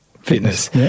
fitness